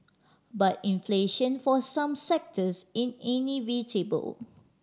but inflation for some sectors in inevitable